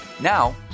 Now